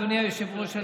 אדוני היושב-ראש,